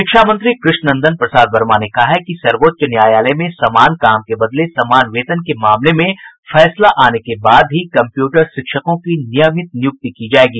शिक्षा मंत्री कृष्णनंदन प्रसाद वर्मा ने कहा कि सर्वोच्चय न्यायालय में समान काम के बदले समान वेतन के मामले में फैसला आने के बाद कंप्यूटर शिक्षकों की नियमित नियुक्ति की जायेगी